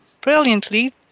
brilliantly